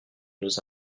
nos